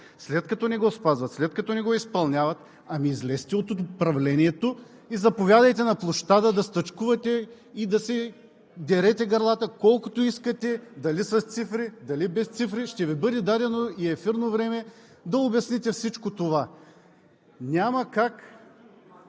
След като не го спазват, след като не го изпълняват, ами излезте от управлението и заповядайте на площада да стачкувате и да си дерете гърлата колкото искате – дали с цифри, дали без цифри – ще Ви бъде дадено и ефирно време да обясните всичко това. Няма как